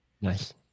Nice